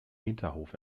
hinterhof